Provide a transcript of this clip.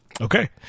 Okay